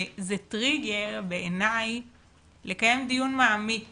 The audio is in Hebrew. זה טריגר בעיני לקיים דיון מעמיק